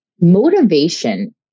motivation